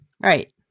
right